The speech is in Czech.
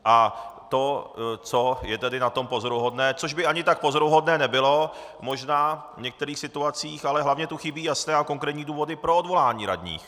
A to, co je na tom pozoruhodné, což by ani tak pozoruhodné nebylo možná v některých situacích, ale hlavně tu chybí jasné a konkrétní důvody pro odvolání radních.